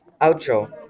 Outro